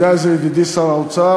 יודע את זה ידידי שר האוצר,